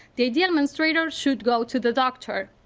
the idea menstruator should go to the doctor.